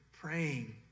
praying